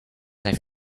have